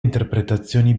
interpretazioni